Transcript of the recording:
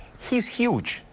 he's huge.